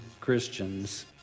Christians